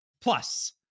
plus